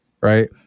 right